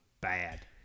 bad